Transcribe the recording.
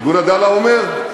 ארגון "עדאלה" אומר,